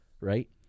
right